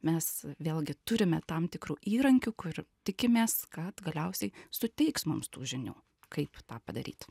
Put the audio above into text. mes vėlgi turime tam tikrų įrankių kur tikimės kad galiausiai suteiks mums tų žinių kaip tą padaryt